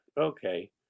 okay